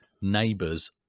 neighbors